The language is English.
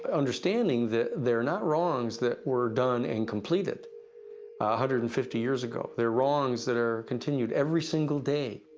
ah understanding that they are not wrongs, that were done and completed, a one hundred and fifty years ago. they're wrongs, that are continued every single day.